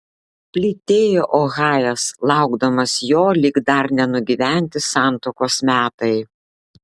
plytėjo ohajas laukdamas jo lyg dar nenugyventi santuokos metai